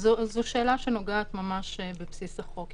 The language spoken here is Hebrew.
זאת שאלה שנוגעת בבסיס החוק.